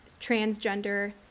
transgender